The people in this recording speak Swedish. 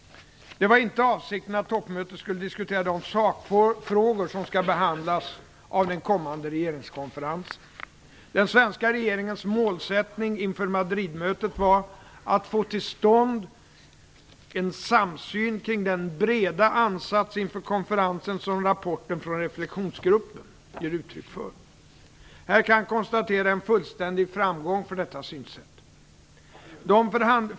Det var inte avsikten att toppmötet skulle diskutera de sakfrågor som skall behandlas av den kommande regeringskonferensen. Den svenska regeringens målsättning inför Madridmötet var att få till stånd en samsyn kring den breda ansats inför konferensen som rapporten från Reflexionsgruppen ger uttryck för. Här kan jag konstatera en fullständig framgång för detta synsätt.